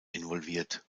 involviert